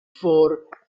for